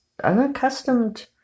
unaccustomed